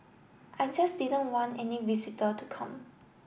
I just didn't want any visitor to come